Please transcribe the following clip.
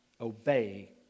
obey